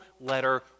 letter